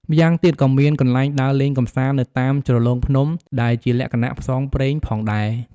ម្យ៉ាងទៀតក៏មានកន្លែងដើរលេងកម្សាន្តនៅតាមជ្រលងភ្នំដែលជាលក្ខណៈផ្សងព្រេងផងដែរ។